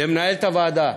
למנהלת הוועדה,